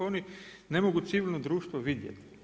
Oni ne mogu civilno društvo vidjeti.